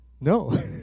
no